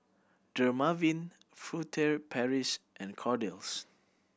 Dermaveen Furtere Paris and Kordel's